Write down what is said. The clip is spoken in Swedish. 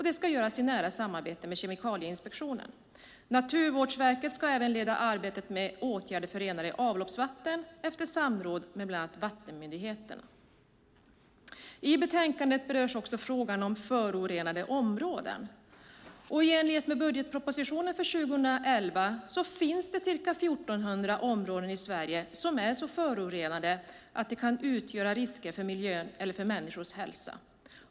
Det ska göras i nära samarbete med Kemikalieinspektionen. Naturvårdsverket ska även leda arbetet med åtgärder för renare avloppsvatten efter samråd med bland andra vattenmyndigheterna. I betänkandet berörs också frågan om förorenade områden. I enlighet med budgetpropositionen för 2011 finns det ca 1 400 områden i Sverige som är så förorenade att de kan utgöra risker för miljön eller för människors hälsa.